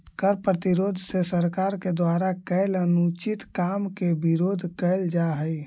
कर प्रतिरोध से सरकार के द्वारा कैल अनुचित काम के विरोध कैल जा हई